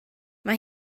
mae